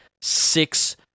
six